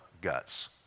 guts